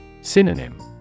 Synonym